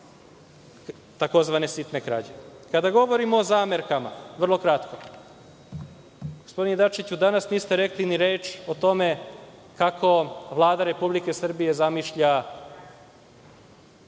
za tzv. sitne krađe. Kada govorimo o zamerkama, gospodine Dačiću, danas niste rekli ni reč o tome kako Vlada Republike Srbije zamišlja